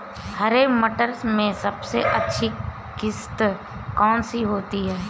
हरे मटर में सबसे अच्छी किश्त कौन सी होती है?